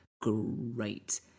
great